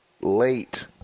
late